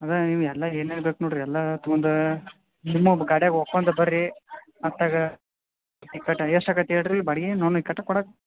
ಅದಾ ನೀವು ಎಲ್ಲ ಏನು ಹೇಳ್ಬೇಕು ನೋಡ್ರಿ ಎಲ್ಲಾ ತಗೊಂದಾ ಗಾಡೆಗೆ ಓಕೊಂಡ್ ಬರ್ರಿ ಅತ್ತಗ ಎಷ್ಟು ಆಗತ್ತೆ ಹೇಳ್ರಿ ಬಾಡ್ಗಿ ಕಟ್ಟಕ್ ಕೊಡಾಕೆ